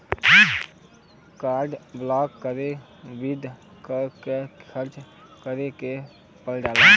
Card block करे बदी के के सूचित करें के पड़ेला?